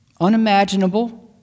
Unimaginable